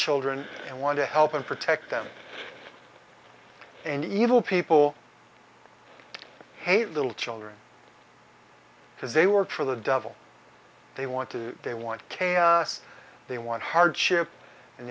children and want to help and protect them and evil people hate little children because they were true the devil they want to they want chaos they want hardship and